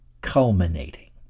culminating